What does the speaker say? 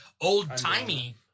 old-timey